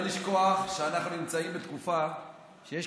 לא לשכוח שאנחנו נמצאים בתקופה שיש